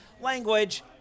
language